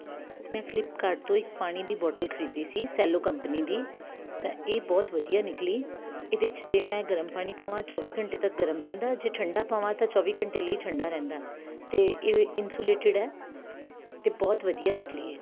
ਮੈਂ ਫਲਿਪਕਾਰਟ ਤੋਂ ਇੱਕ ਪਾਣੀ ਦੀ ਬੋਟਲ ਖਰੀਦੀ ਸੀ ਸੈਲੋ ਕੰਪਨੀ ਦੀ ਤਾਂ ਇਹ ਬਹੁਤ ਵਧੀਆ ਨਿਕਲੀ ਇਹਦੇ 'ਚ ਜੇ ਮੈਂ ਗਰਮ ਪਾਣੀ ਪਾਵਾਂ ਚੌਵੀ ਘੰਟੇ ਤੱਕ ਗਰਮ ਰਹਿੰਦਾ ਜੇ ਠੰਡਾ ਪਾਵਾ ਤਾਂ ਚੌਵੀ ਘੰਟੇ ਲਈ ਠੰਡਾ ਰਹਿੰਦਾ ਅਤੇ ਇਹ ਇੰਸੁਲੇਟਡ ਹੈ ਅਤੇ ਬਹੁਤ ਵਧੀਆ ਨਿਕਲੀ ਇਹ